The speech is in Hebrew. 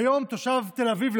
כיום תושב תל אביב,